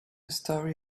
story